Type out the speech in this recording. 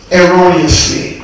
erroneously